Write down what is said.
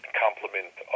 complement